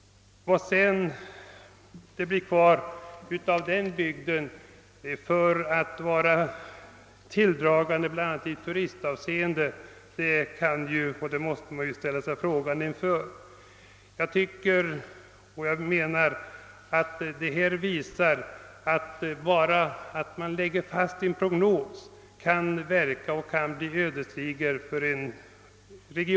Vad det sedan blir kvar av den bygden som kan vara tilldragande, bl.a. på turismen, kan man undra. Jag tycker att detta visar att bara det förhållandet att man lägger fast en prognos kan bli ödesdigert för en bygd.